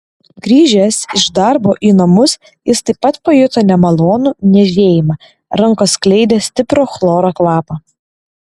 grįžęs iš darbo į namus jis taip pat pajuto nemalonų niežėjimą rankos skleidė stiprų chloro kvapą